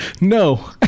No